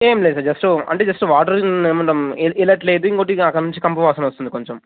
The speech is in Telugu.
ఏం లేదు జస్ట్ అంటే జస్ట్ వాటర్ వెళ్ళట్లేదు ఇంకోటి ఇక అక్కడ నుంచి కంపు వాసన వస్తుంది కొంచెం